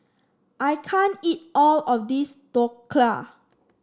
I can't eat all of this Dhokla